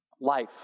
life